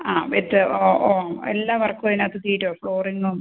ആ ബെറ്റ് ഓ ഓ എല്ലാ വർക്കും അതിനകത്ത് തീരോ ഫ്ലോറിംഗും